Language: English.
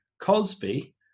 Cosby